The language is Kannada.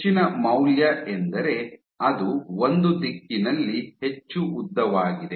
ಹೆಚ್ಚಿನ ಮೌಲ್ಯ ಎಂದರೆ ಅದು ಒಂದು ದಿಕ್ಕಿನಲ್ಲಿ ಹೆಚ್ಚು ಉದ್ದವಾಗಿದೆ